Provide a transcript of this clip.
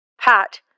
Pat